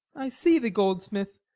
i see the goldsmith.